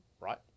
right